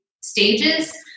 stages